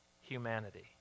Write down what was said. humanity